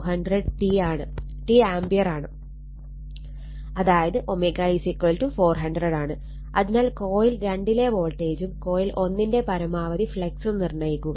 അതായത് 400 ആണ് അതിനാൽ കോയിൽ 2 ലെ വോൾട്ടേജും കോയിൽ 1 ൻറെ പരമാവധി ഫ്ളക്സും നിർണ്ണയിക്കുക